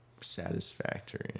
satisfactory